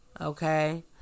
Okay